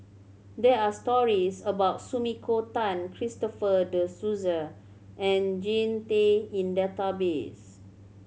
there are stories about Sumiko Tan Christopher De Souza and Jean Tay in database